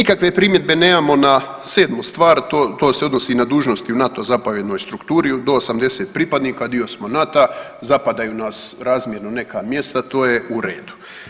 Nikakve primjedbe nemamo na sedmu stvar, to se odnosi na dužnosti u NATO zapovjednoj strukturi do 80 pripadnika, dio smo NATO-a, zapadaju nas razmjerno neka mjesta, to je u redu.